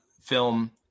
film